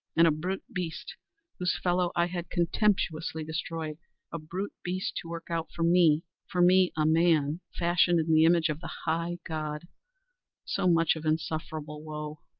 and a brute beast whose fellow i had contemptuously destroyed a brute beast to work out for me for me a man, fashioned in the image of the high god so much of insufferable wo!